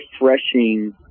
refreshing